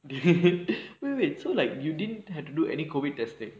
wait wait so like you didn't have to do any COVID testing